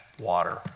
water